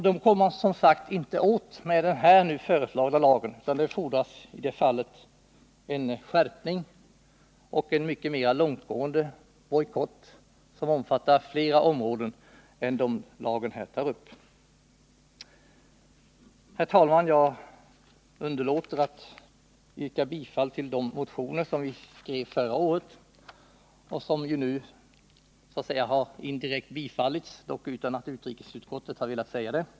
Dem kommer man som sagt inte åt genom den nu föreslagna lagen, utan det fordras en skärpning och en mycket mer långtgående bojkott som omfattar fler områden än denna lag berör. Herr talman! Jag underlåter att yrka bifall till de motioner som vi skrev förra året och som nu så att säga indirekt har biträtts, dock utan att utrikesutskottet velat säga det.